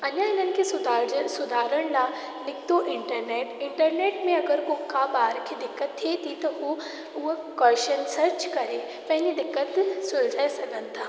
अञा हिननि खे सुधारजनि सुधारण लाइ निकितो इंटरनेट इंटरनेट में अगरि को का ॿार खे दिक़त थिए थी त उहे उहे कोस्शन सर्च करे पंहिंजी दिक़त सुलझाए सघनि था